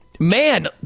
Man